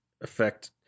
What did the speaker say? affect